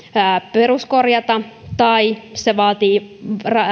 peruskorjata tai se vaatii